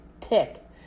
tick